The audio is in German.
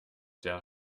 der